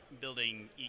building